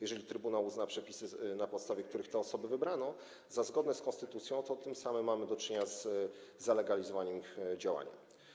Jeżeli trybunał uzna przepisy, na podstawie których te osoby wybrano, za zgodne z konstytucją, to tym samym będziemy mieli do czynienia z zalegalizowaniem ich działania.